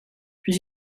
puis